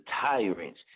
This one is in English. tyrant's